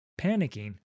panicking